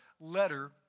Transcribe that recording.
letter